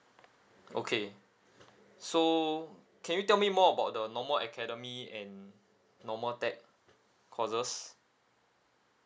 okay so can you tell me more about the normal academy and normal tech courses